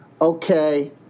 okay